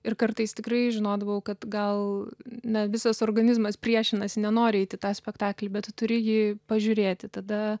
ir kartais tikrai žinodavau kad gal ne visas organizmas priešinasi nenori eit į tą spektaklį bet tu turi jį pažiūrėti tada